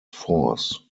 force